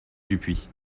dupuis